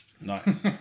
Nice